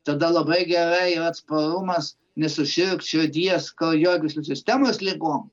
tada labai gerai ir atsparumas nesusirgt širdies kraujagyslių sistemos ligom